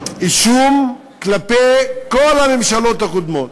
אישום כלפי כל הממשלות הקודמות,